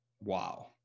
wow